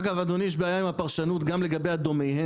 אגב אדוני יש בעיה עם הפרשנות גם לגבי ה-דומיהם,